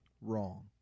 wrong